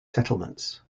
settlements